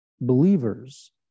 believers